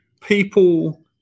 people